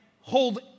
hold